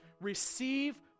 receive